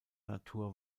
natur